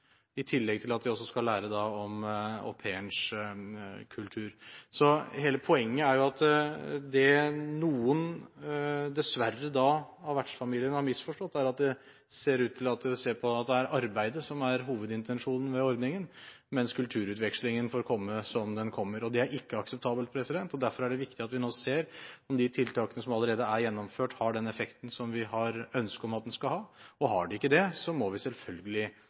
i tillegg til at de også skal lære om au pairens kultur. Så hele poenget er at det noen av vertsfamiliene dessverre har misforstått, er at det ser ut til at de ser på det sånn at det er arbeidet som er hovedintensjonen med ordningen, mens kulturutvekslingen får komme som den kommer. Det er ikke akseptabelt, og derfor er det viktig at vi nå ser om de tiltakene som allerede er gjennomført, har den effekten som vi har ønske om at de skal ha. Har de ikke det, må vi selvfølgelig